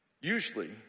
usually